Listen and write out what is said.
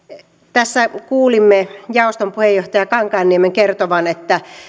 tässä kuulimme jaoston puheenjohtaja kankaanniemen kertovan että